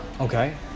Okay